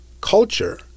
culture